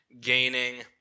gaining